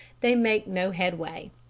they make no headway.